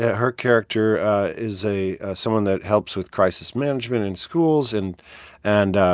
her character is a someone that helps with crisis management in schools and and